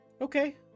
Okay